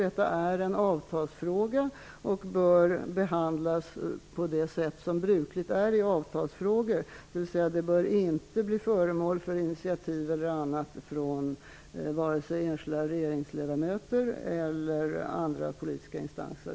Detta är en avtalsfråga och bör behandlas på det sätt som brukligt är i avtalsfrågor, dvs. den bör inte blir föremål för initiativ eller andra åtgärder från vare sig enskilda regeringsledamöter eller andra politiska instanser.